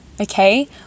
Okay